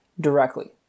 directly